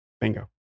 bingo